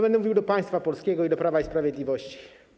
Będę mówił do państwa polskiego i do Prawa i Sprawiedliwości.